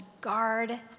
guard